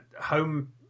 home